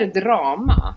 drama